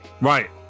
Right